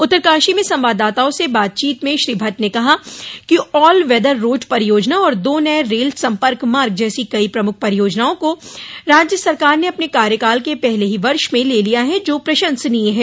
उत्तरकाशी में संवाददाताओं से बातचीत में श्री भट्ट ने कहा कि ऑल वेदर रोड़ परियोजना और दो नये रेल संपर्क मार्ग जैसी कई प्रमुख परियोजनाओं को राज्य सरकार ने अपने कार्यकाल के पहले ही वर्ष में ले लिया है जो प्रशंसनीय है